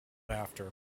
after